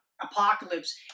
Apocalypse